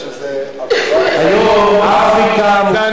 זה הנאום הראשון שלו כשהוא יושב לידך.